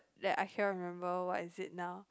that I cannot remember what is it now